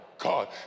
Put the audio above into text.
god